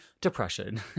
depression